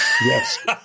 Yes